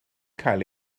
cael